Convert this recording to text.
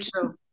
true